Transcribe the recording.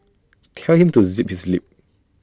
tell him to zip his lip